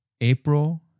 April